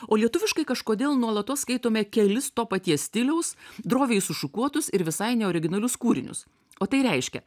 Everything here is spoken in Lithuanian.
o lietuviškai kažkodėl nuolatos skaitome kelis to paties stiliaus droviai sušukuotus ir visai ne originalius kūrinius o tai reiškia